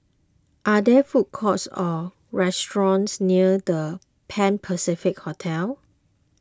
are there food courts or restaurants near the Pan Pacific Hotel